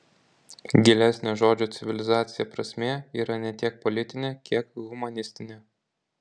gilesnė žodžio civilizacija prasmė yra ne tiek politinė kiek humanistinė